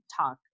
talk